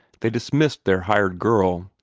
they dismissed their hired girl.